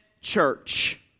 church